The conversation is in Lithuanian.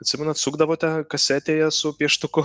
atsimenat sukdavote kasetėje su pieštuku